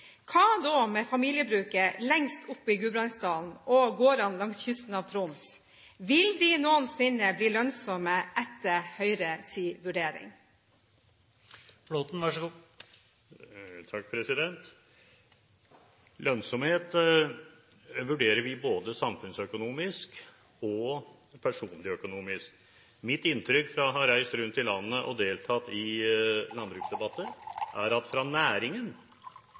Hva da med familiebruket lengst oppe i Gudbrandsdalen og gårdene langs kysten av Troms? Vil de noensinne bli lønnsomme etter Høyres vurdering? Lønnsomhet vurderer vi både samfunnsøkonomisk og personøkonomisk. Mitt inntrykk, etter å ha reist rundt i landet og deltatt i landbruksdebatter, er at for næringen